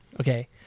Okay